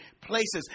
places